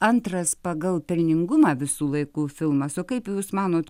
antras pagal pelningumą visų laikų filmas o kaip jūs manot